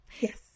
Yes